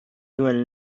duen